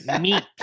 Meat